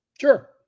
Sure